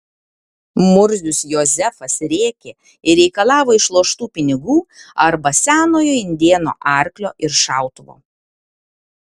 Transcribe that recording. murzius jozefas rėkė ir reikalavo išloštų pinigų arba senojo indėno arklio ir šautuvo